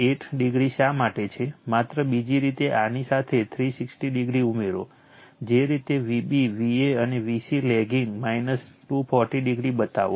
8o શા માટે છે માત્ર બીજી રીતે આની સાથે 360o ઉમેરો જે રીતે Vb Va કે Vc લેગિંગ 240o બતાવો